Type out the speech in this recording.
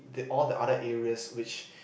the all the other areas which